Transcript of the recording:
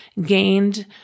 gained